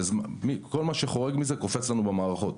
כל מה שחורג מהסטנדרט קופץ לנו במערכות,